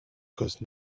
cost